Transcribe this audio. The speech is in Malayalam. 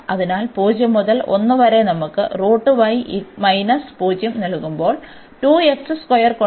അതിനാൽ 0 മുതൽ 1 വരെ നമുക്ക് നൽകുമ്പോൾ കൊണ്ട് y ഉണ്ട്